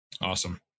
Awesome